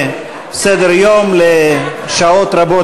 סדר-יום לשעות רבות,